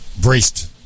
braced